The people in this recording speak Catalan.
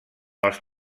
els